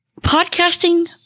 podcasting